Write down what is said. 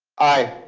aye.